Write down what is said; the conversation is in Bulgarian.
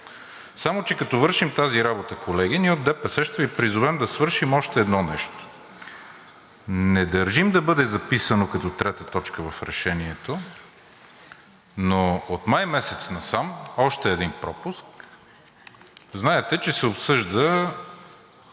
Само че, като вършим тази работа, колеги, ние от ДПС ще Ви призовем да свършим още едно нещо. Не държим да бъде записано като трета точка в решението, но от май месец насам – още един пропуск, знаете, че се обсъжда